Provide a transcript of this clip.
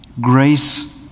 grace